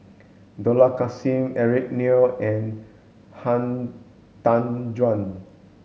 Dollah Kassim Eric Neo and Han Tan Juan